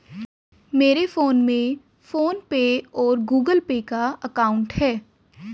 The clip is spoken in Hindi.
मेरे फोन में फ़ोन पे और गूगल पे का अकाउंट है